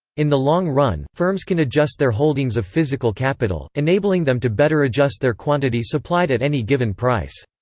in the long-run, firms can adjust their holdings of physical capital, enabling them to better adjust their quantity supplied at any given price.